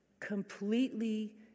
completely